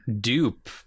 dupe